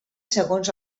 segons